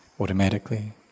automatically